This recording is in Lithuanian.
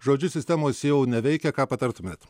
žodžiu sistemos jau neveikia ką patartumėt